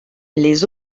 les